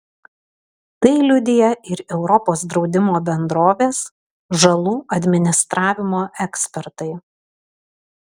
tai liudija ir europos draudimo bendrovės žalų administravimo ekspertai